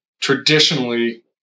traditionally